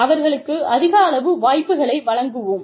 அவர்களுக்கு அதிக அளவு வாய்ப்புகளை வழங்குவோம்